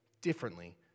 differently